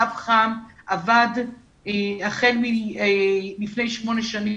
קו חם עבד החל מלפני שמונה שנים